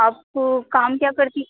आप काम क्या करती